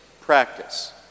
practice